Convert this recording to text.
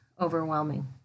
overwhelming